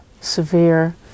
Severe